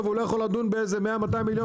והוא לא יכול לדון ב- 100 או 200 מיליון